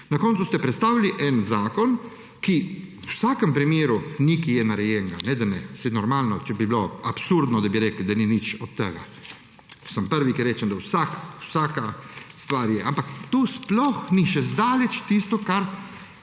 Na koncu ste predstavili en zakon, kjer je v vsakem primeru nekaj narejenega, ne da ne, saj normalno, saj bi bilo absurdno, da bi rekli, da ni nič od tega. Sem prvi, ki rečem, da vsaka stvar je, ampak to sploh še zdaleč ni tisto, kar